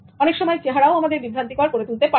অনেকসময় চেহারাও বিভ্রান্তিকর হতে পারে